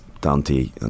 dante